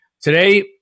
Today